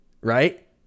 right